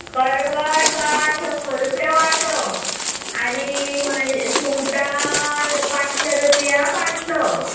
करबट बाय शंबर रूपया वांटो आमी मात सुंगटां पात्शें रूपया पाटलो